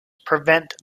prevent